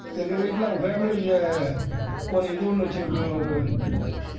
எங்கள் வீட்டில் ஃபேமிலிக்கு ஒரு இது ஒன்று வச்சுருக்கோம் ஒரு